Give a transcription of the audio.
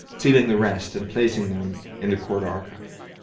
sealing the rest and placing them in the court archives.